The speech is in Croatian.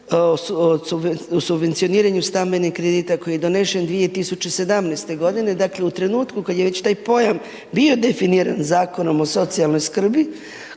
o subvencioniranju stambenih kredita koji je donesen 2017.g., dakle, u trenutku kad je već taj pojam bio definiran Zakonom o socijalnoj skrbi